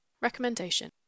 Recommendation